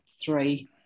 three